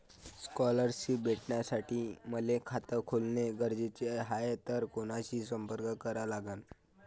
Scholarship भेटासाठी मले खात खोलने गरजेचे हाय तर कुणाशी संपर्क करा लागन?